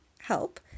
help